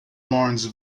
laurence